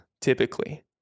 typically